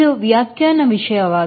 ಇದು ವ್ಯಾಖ್ಯಾನ ವಿಷಯವಾಗಿ